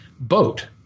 boat